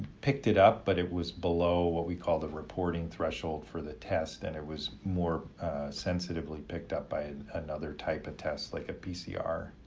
picked it up, but it was below, what we call the reporting threshold for the test and it was more sensitively picked up by another type of test, like a pcr